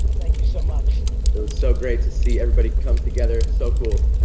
thank you so much. it was so great to see everybody come together so cool.